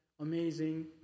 amazing